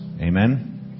Amen